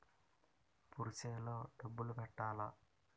Purse లో డబ్బులు పెట్టలా?